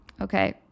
Okay